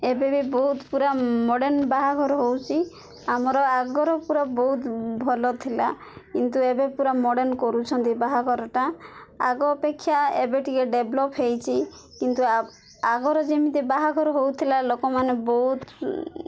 ଏବେ ବି ବହୁତ ପୁରା ମଡ଼୍ର୍ଣ୍ଣ ବାହାଘର ହେଉଛି ଆମର ଆଗର ପୁରା ବହୁତ ଭଲ ଥିଲା କିନ୍ତୁ ଏବେ ପୁରା ମଡ଼୍ର୍ଣ୍ଣ କରୁଛନ୍ତି ବାହାଘରଟା ଆଗ ଅପେକ୍ଷା ଏବେ ଟିକେ ଡେଭଲପ୍ ହେଇଛି କିନ୍ତୁ ଆଗର ଯେମିତି ବାହାଘର ହଉଥିଲା ଲୋକମାନେ ବହୁତ